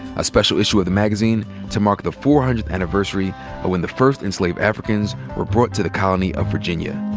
a special issue of the magazine to make the four hundredth anniversary of when the first enslaved africans were brought to the colony of virginia.